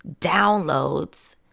downloads